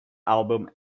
album